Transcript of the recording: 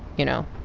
you know,